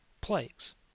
Plagues